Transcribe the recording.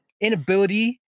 inability